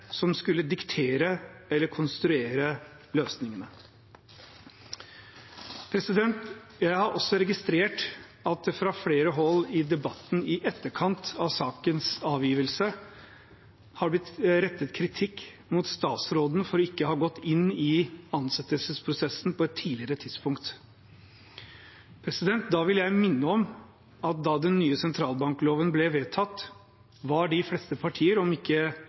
som skulle diktere eller konstruere løsningene. Jeg har også registrert at det fra flere hold i debatten i etterkant av sakens avgivelse har blitt rettet kritikk mot statsråden for ikke å ha gått inn i ansettelsesprosessen på et tidligere tidspunkt. Da vil jeg minne om at da den nye sentralbankloven ble vedtatt, var de fleste partier, om ikke